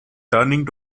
turning